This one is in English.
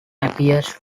appears